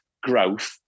growth